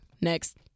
Next